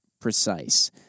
precise